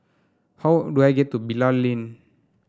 how do I get to Bilal Lane